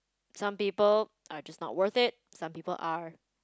some people are just not worth it some people are